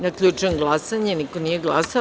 Zaključujem glasanje: niko nije glasao.